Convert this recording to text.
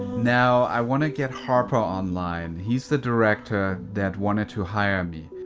now, i wanna get harper online. he's the director that wanted to hire me.